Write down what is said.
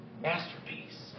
masterpiece